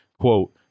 quote